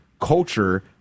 culture